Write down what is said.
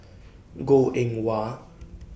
Goh Eng Wah